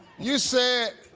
you said